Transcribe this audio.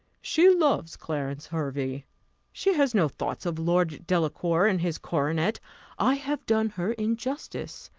she loves clarence hervey she has no thoughts of lord delacour and his coronet i have done her injustice,